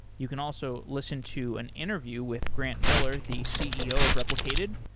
you can also listen to an interview with grant miller, the ceo of replicated,